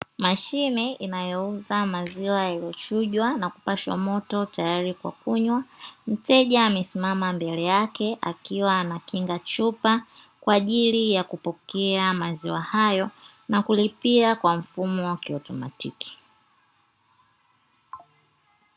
Mashine inayouza maziwa yaliochujwa na kupashwa moto tayari kwa kunywa. Mteja amesimama mbele yake akiwa anakinga chupa kwa ajili ya kupokea maziwa hayo na kulipia kwa mfumo wa kiautomatiki.